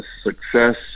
success